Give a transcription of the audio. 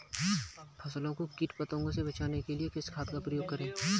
फसलों को कीट पतंगों से बचाने के लिए किस खाद का प्रयोग करें?